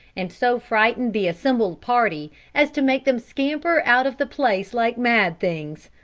and so frightened the assembled party as to make them scamper out of the place like mad things.